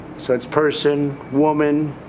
so it's person, woman,